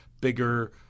bigger